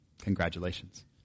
Congratulations